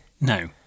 No